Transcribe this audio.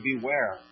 beware